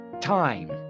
time